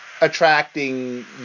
attracting